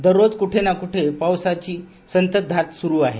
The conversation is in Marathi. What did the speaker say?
दररोज क्ठे ना क्ठे पाऊसाची संतत धार स्रू आहे